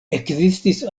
ekzistis